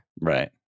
Right